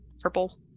purple